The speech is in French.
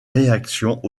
réactions